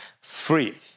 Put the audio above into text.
free